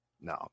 no